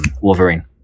Wolverine